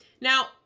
now